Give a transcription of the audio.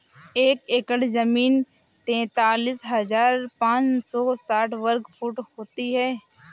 एक एकड़ जमीन तैंतालीस हजार पांच सौ साठ वर्ग फुट होती है